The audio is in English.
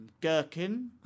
gherkin